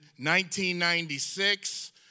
1996